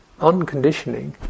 unconditioning